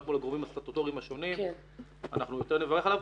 מול הגורמים הסטטוטוריים אנחנו יותר נברך עליה.